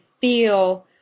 feel